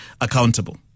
accountable